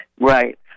Right